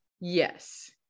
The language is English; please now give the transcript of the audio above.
Yes